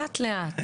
לאט-לאט.